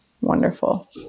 wonderful